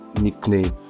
nickname